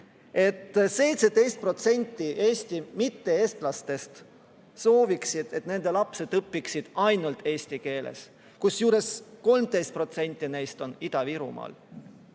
et 17% Eesti mitte-eestlastest sooviksid, et nende lapsed õpiksid ainult eesti keeles, kusjuures 13% neist on Ida-Virumaal.